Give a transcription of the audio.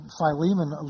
Philemon